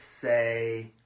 say